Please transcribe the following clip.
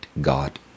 God